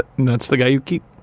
that's the guy you keep.